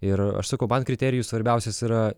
ir aš sakau man kriterijus svarbiausias yra